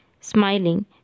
Smiling